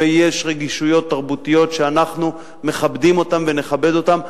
ויש רגישויות תרבותיות שאנחנו מכבדים אותן ונכבד אותן,